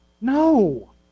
No